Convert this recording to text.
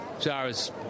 Zara's